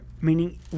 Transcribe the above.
Meaning